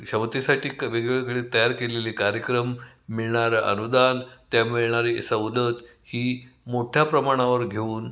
क्षमतेसाठी क वेगवेगळे तयार केलेले कार्यक्रम मिळणारं अनुदान त्या मिळणारी सवलत ही मोठ्या प्रमाणावर घेऊन